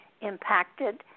impacted